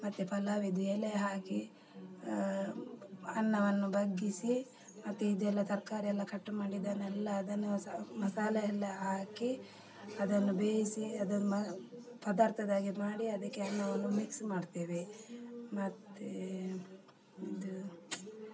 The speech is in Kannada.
ಮತ್ತೆ ಪಲಾವಿನ ಎಲೆ ಹಾಕಿ ಅನ್ನವನ್ನು ಬಗ್ಗಿಸಿ ಮತ್ತೆ ಇದೆಲ್ಲ ತರಕಾರಿಯೆಲ್ಲ ಕಟ್ ಮಾಡಿದನ್ನೆಲ್ಲ ಅದನ್ನು ಸ ಮಸಾಲೆ ಎಲ್ಲ ಹಾಕಿ ಅದನ್ನು ಬೇಯಿಸಿ ಅದನ್ನು ಪದಾರ್ಥದ ಹಾಗೆ ಮಾಡಿ ಅದಕ್ಕೆ ಅನ್ನವನ್ನು ಮಿಕ್ಸ್ ಮಾಡ್ತೇವೆ ಮತ್ತು ಇದು